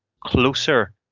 closer